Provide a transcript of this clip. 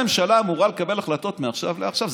הממשלה אמורה לקבל החלטות מעכשיו לעכשיו,